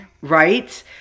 Right